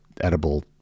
edible